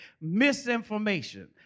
misinformation